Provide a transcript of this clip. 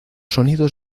sonidos